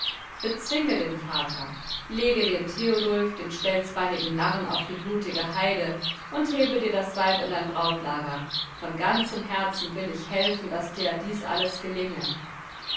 bezwinge den vater lege den theodulf den stelzbeinigen narren auf die blutige heide und hebe dir das weib in dein brautlager von ganzem herzen will ich helfen daß dir dies alles gelinge